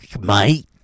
mate